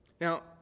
Now